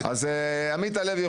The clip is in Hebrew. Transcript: אז עמית הלוי,